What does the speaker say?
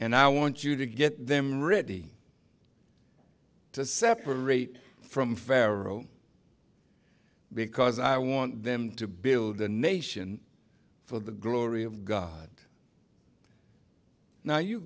and i want you to get them ready to separate from pharaoh because i want them to build a nation for the glory of god now you